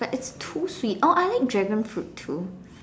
but it's too sweet oh I like dragonfruit too